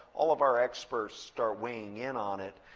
all of our experts start weighing in on it.